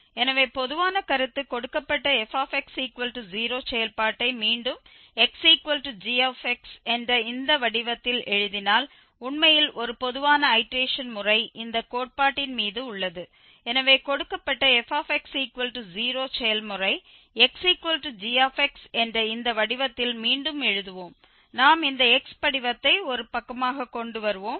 எனவே பொதுவான கருத்து கொடுக்கப்பட்ட fx0 செயல்பாட்டை மீண்டும் xg என்ற இந்த வடிவத்தில் எழுதினால் உண்மையில் ஒரு பொதுவான ஐடேரேஷன் முறை இந்த கோட்பாட்டின் மீது உள்ளது எனவே கொடுக்கப்பட்ட fx0 செயல்கூறை xg என்ற இந்த வடிவத்தில் மீண்டும் எழுதுவோம் நாம் இந்த x படிவத்தை ஒரு பக்கமாகக் கொண்டு வருவோம்